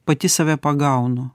pati save pagaunu